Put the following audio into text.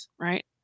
right